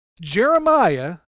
Jeremiah